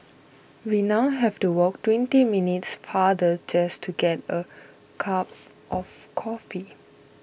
we now have to walk twenty minutes farther just to get a cup of coffee